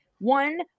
One